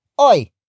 Oi